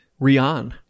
Rian